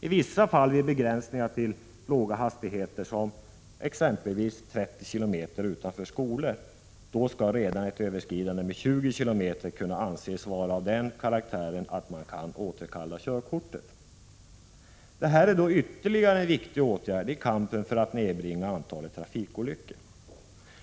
I vissa fall vid begränsningen till låga hastigheter, t.ex. 30 km tim kunna anses vara av den karaktären att man kan återkalla körkortet. Det här är då ytterligare en viktig åtgärd i kampen för att nedbringa antalet trafikolyckor.